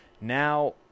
Now